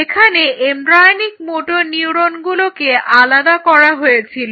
এখানে embryonic motor নিউরনগুলোকে আলাদা করা হয়েছিল